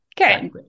Okay